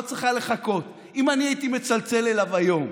לא צריך היה לחכות: אם אני הייתי מצלצל אליו היום,